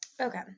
okay